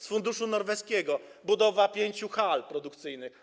Z funduszu norweskiego: budowa pięciu hal produkcyjnych.